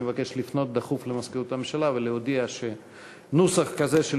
אני מבקש לפנות דחוף למזכירות הממשלה ולהודיע שנוסח כזה של